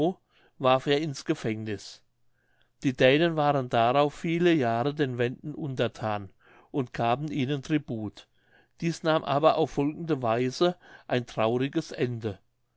warf er ins gefängniß die dänen waren darauf viele jahre den wenden unterthan und gaben ihnen tribut dieß nahm aber auf folgende weise ein trauriges ende